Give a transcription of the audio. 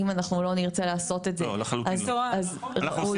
אם אנחנו לא נרצה לעשות את זה אז --- אנחנו עושים